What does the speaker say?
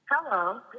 Hello